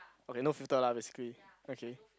okay no filter lah basically okay